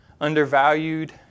Undervalued